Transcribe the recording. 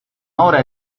ahora